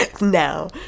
now